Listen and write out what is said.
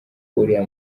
uriya